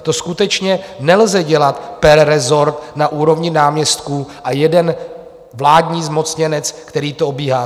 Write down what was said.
To skutečně nelze dělat per rezort na úrovni náměstků a jeden vládní zmocněnec, který to obíhá.